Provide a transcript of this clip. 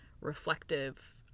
reflective